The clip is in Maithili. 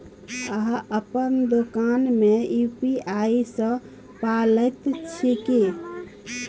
अहाँ अपन दोकान मे यू.पी.आई सँ पाय लैत छी की?